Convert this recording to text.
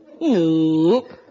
Nope